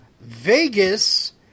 Vegas